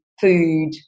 food